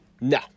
No